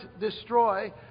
destroy